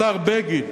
השר בגין,